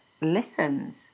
listens